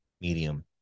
medium